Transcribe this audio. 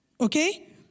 Okay